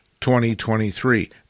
2023